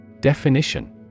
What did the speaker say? Definition